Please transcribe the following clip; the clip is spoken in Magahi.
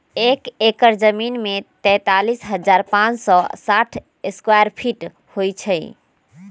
एक एकड़ जमीन में तैंतालीस हजार पांच सौ साठ स्क्वायर फीट होई छई